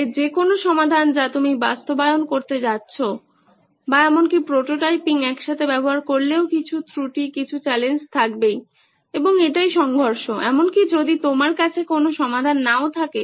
তাই যে কোনো সমাধান যা তুমি বাস্তবায়ন করতে যাচ্ছ বা এমনকি প্রোটোটাইপিং একসাথে ব্যবহার করলেও কিছু ত্রুটি কিছু চ্যালেঞ্জ থাকবেই এবং এটাই সংঘর্ষ এমনকি যদি তোমার কাছে কোনো সমাধান নাও থাকে